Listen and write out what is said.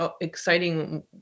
exciting